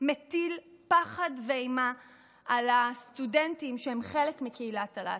מטיל פחד ואימה על הסטודנטים שהם חלק מקהילת הלהט"ב.